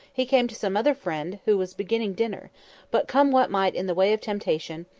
he came to some other friend who was beginning dinner but come what might in the way of temptation,